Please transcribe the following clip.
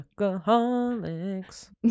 alcoholics